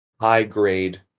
high-grade